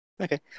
Okay